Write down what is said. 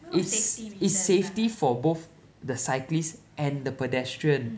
it's it's safety for both the cyclists and the pedestrian